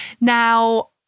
Now